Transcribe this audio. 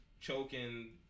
choking